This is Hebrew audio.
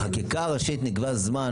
בחקיקה הראשית נקבע זמן,